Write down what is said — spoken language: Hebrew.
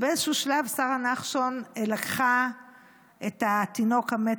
ובאיזשהו שלב שרה נחשון לקחה את התינוק המת